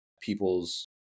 people's